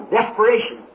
Desperation